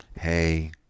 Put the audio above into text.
Hey